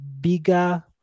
bigger